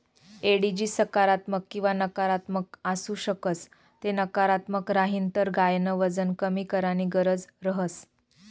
एडिजी सकारात्मक किंवा नकारात्मक आसू शकस ते नकारात्मक राहीन तर गायन वजन कमी कराणी गरज रहस